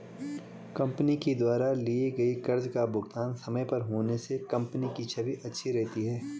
company के द्वारा लिए गए कर्ज का भुगतान समय पर होने से कंपनी की छवि अच्छी रहती है